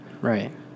Right